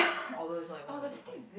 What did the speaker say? although it's not even about the points